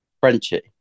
Frenchie